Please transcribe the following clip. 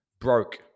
broke